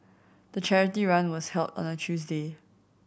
the charity run was held on a Tuesday